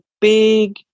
big